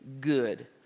good